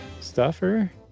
Stuffer